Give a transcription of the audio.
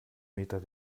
meter